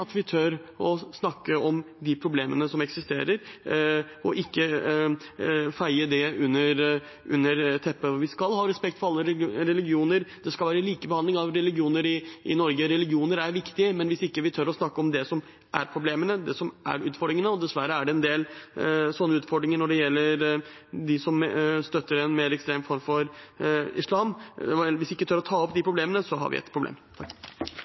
at vi tør å snakke om de problemene som eksisterer, og ikke feier dette under teppet. Vi skal ha respekt for alle religioner. Det skal være likebehandling av religioner i Norge, religioner er viktige, men hvis vi ikke tør å snakke om det som er problemene, det som er utfordringene – og dessverre er det en del utfordringer når det gjelder dem som støtter en mer ekstrem form for islam – hvis vi ikke tør å ta opp de problemene, så har vi et problem.